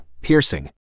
piercing